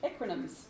acronyms